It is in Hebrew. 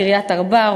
קריית-ארבע,